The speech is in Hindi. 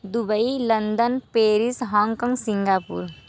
Dubai London Paris Hong Kong Singapore